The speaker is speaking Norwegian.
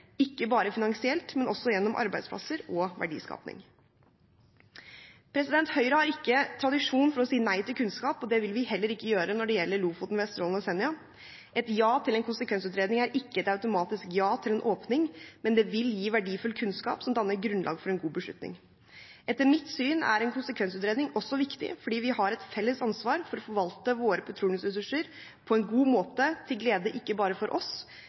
ikke bare finansielt, men også gjennom arbeidsplasser og verdiskaping. Høyre har ikke tradisjon for å si nei til kunnskap, og det vil vi heller ikke gjøre når det gjelder Lofoten, Vesterålen og Senja. Et ja til konsekvensutredning er ikke et automatisk ja til åpning, men det vil gi verdifull kunnskap som kan danne grunnlag for en god beslutning. Etter mitt syn er en konsekvensutredning også viktig fordi vi har et felles ansvar for å forvalte våre petroleumsressurser på en god måte til glede ikke bare for oss,